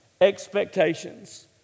expectations